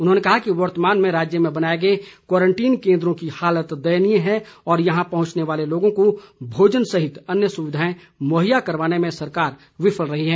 उन्होंने कहा कि वर्तमान में राज्य में बनाए गए क्वारंटीन केंद्रों की हालत दयनीय है और यहां पहुंचने वाले लोगों को भोजन सहित अन्य सुविधाएं मुहैया करवाने में सरकार विफल रही है